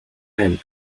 men